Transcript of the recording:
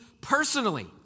personally